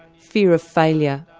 fear of failure.